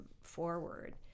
forward